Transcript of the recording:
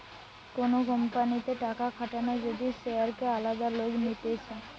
কোন কোম্পানিতে টাকা খাটানো যদি শেয়ারকে আলাদা লোক নিতেছে